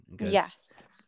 yes